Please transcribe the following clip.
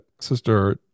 Sister